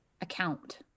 account